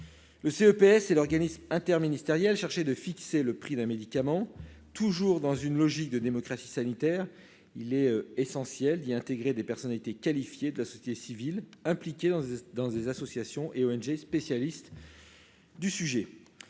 le CNPS et l'organisme interministériel chargé de fixer le prix d'un médicament, toujours dans une logique de démocratie sanitaire, il est essentiel d'y intégrer des personnalités qualifiées de la société civile impliqués dans ces associations et ONG, spécialiste du sujet